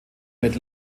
mit